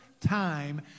time